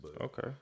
Okay